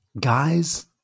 guys